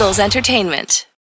Entertainment